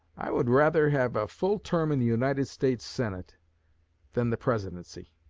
i would rather have a full term in the united states senate than the presidency.